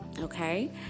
Okay